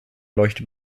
leuchte